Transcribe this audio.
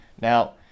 Now